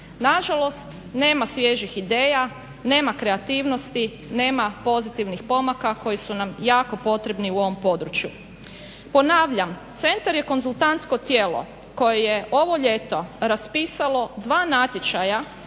Nažalost, nema svježih ideja, nema kreativnosti, nema pozitivnih pomaka koji su nam jako potrebni u ovom području. Ponavljam, centar je konzultantsko tijelo koje je ovo ljeto raspisalo dva natječaja